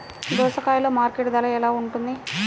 దోసకాయలు మార్కెట్ ధర ఎలా ఉంటుంది?